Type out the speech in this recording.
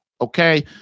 Okay